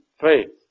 faith